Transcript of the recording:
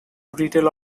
retail